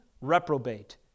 reprobate